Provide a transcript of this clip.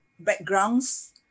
backgrounds